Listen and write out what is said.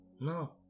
No